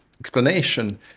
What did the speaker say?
explanation